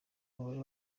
umubare